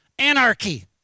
Anarchy